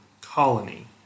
colony